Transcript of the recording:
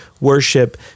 worship